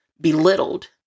belittled